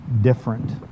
different